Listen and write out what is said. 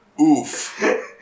Oof